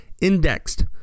indexed